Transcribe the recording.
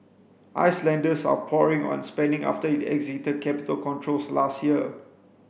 Icelanders are pouring on spending after it exited capital controls last year